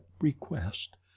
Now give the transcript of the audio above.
request